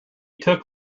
took